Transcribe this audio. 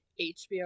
HBO